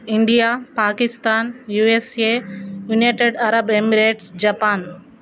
India Pakistan USA United Arab Emirates Japan